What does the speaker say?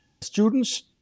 students